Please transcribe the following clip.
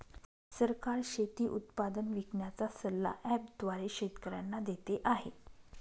सरकार शेती उत्पादन विकण्याचा सल्ला ॲप द्वारे शेतकऱ्यांना देते आहे